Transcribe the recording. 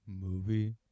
Movie